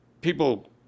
people